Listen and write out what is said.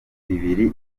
bibiri